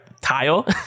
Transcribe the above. tile